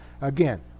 Again